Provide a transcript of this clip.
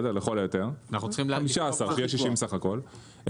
15 - שיהיה 60 סך הכול.